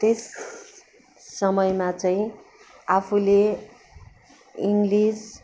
त्यस समयमा चाहिँ आफूले इङ्गलिस